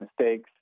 mistakes